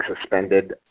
suspended